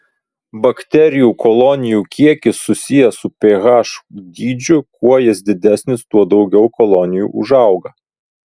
bakterijų kolonijų kiekis susijęs su ph dydžiu kuo jis didesnis tuo daugiau kolonijų užauga